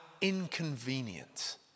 inconvenient